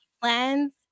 plans